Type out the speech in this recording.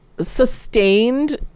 sustained